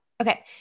Okay